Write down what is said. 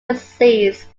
disease